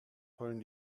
heulen